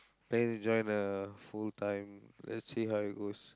then join the full time let's see how it goes